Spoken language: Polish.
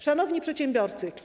Szanowni Przedsiębiorcy!